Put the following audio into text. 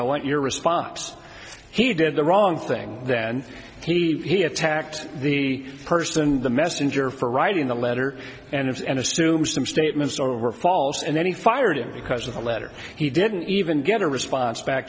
i want your response he did the wrong thing then he attacked the person the messenger for writing the letter and it's and assume some statements or were false and then he fired him because of a letter he didn't even get a response back